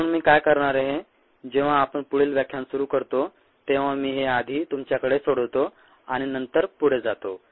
म्हणून मी काय करणार आहे जेव्हा आपण पुढील व्याख्यान सुरू करतो तेव्हा मी हे आधी तुमच्यासाठी सोडवतो आणि नंतर पुढे जातो